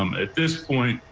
um at this point,